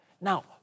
Now